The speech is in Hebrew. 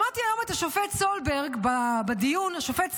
שמעתי היום את השופט סולברג בדיון, השופט סולברג,